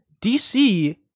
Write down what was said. DC